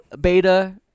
Beta